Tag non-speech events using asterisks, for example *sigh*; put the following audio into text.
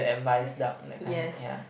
*breath* yes